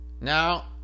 Now